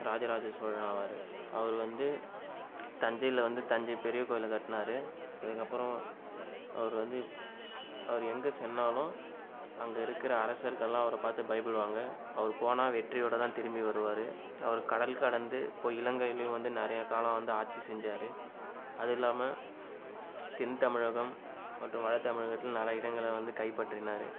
ராஜ ராஜ சோழனாவார் அவர் வந்து தஞ்சையில் வந்து தஞ்சை பெரிய கோவிலை கட்டினாரு அதுக்கப்புறம் அவர் வந்து அவர் எங்கு சென்றாலும் அங்கு இருக்கிற அரசர்கள்லாம் அவரை பார்த்து பயப்படுவாங்க அவர் போனால் வெற்றியோடதான் திரும்பி வருவார் அவர் கடல் கடந்து போய் இலங்கையிலையும் வந்து நிறைய காலம் வந்து ஆட்சி செஞ்சார் அதுல்லாமல் தென்தமிழகம் மற்றும் வடதமிழகத்தில் நிறைய இடங்களை வந்து கைப்பற்றினார்